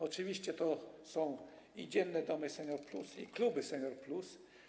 Oczywiście to są i dzienne domy Senior+, i kluby Senior+.